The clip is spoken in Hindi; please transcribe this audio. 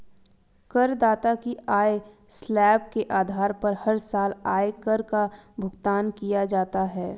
करदाता की आय स्लैब के आधार पर हर साल आयकर का भुगतान किया जाता है